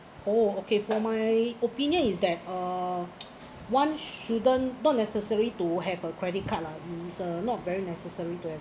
oh okay for my opinion is that uh one shouldn't not necessary to have a credit card lah not very necessary to have